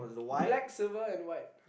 black silver and white